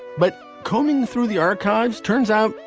but combing through the archives, turns out,